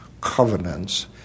covenants